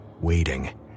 waiting